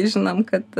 žinom kad